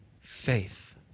faith